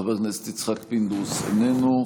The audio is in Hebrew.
חבר הכנסת יצחק פינדרוס, איננו.